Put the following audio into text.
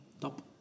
top